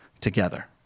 together